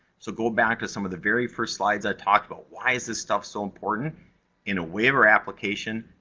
so, go back to some of the very first slides. i talked about why is this stuff so important in a waiver application?